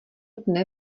dne